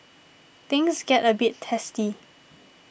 things get a bit testy